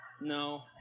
no